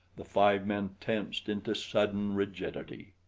the five men tensed into sudden rigidity.